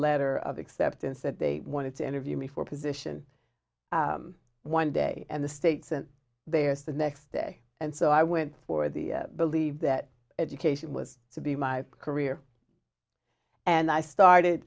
letter of acceptance that they wanted to interview me for a position one day and the states and there's the next day and so i went for the believe that education was to be my career and i started